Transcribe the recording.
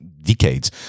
decades